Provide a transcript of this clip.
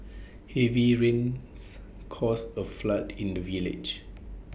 heavy rains caused A flood in the village